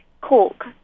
cork